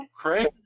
Craig